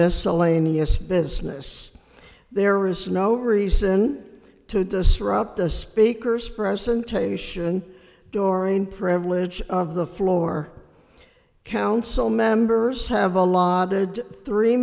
miscellaneous business there is no reason to disrupt the speaker's presentation dorrien privilege of the floor council members have